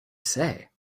say